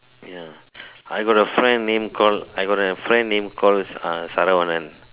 ya I got a friend name called I got a friend name called Saravanan